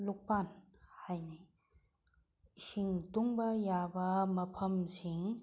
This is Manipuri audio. ꯂꯨꯄꯥꯟ ꯍꯥꯏꯅꯩ ꯏꯁꯤꯡ ꯇꯨꯡꯕ ꯌꯥꯕ ꯃꯐꯝꯁꯤꯡ